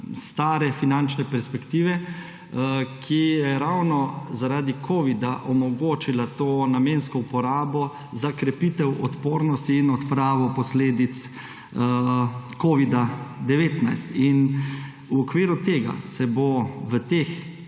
finančne perspektive, ki je ravno zaradi covida omogočila to namensko uporabo za krepitev odpornosti in odpravo posledic covida-19. V okviru tega bodo v teh